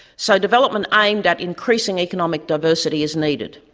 so development aimed at increasing economic diversity is needed.